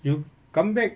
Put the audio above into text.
you come back